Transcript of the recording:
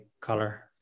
color